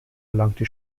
erlangte